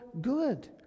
good